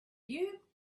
you